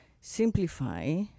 simplify